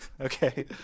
Okay